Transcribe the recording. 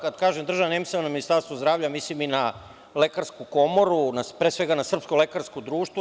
Kad kažem država, tu ne mislim samo na Ministarstvo zdravlja, mislim i na Lekarsku komoru, pre svega na Srpsko lekarsko društvo.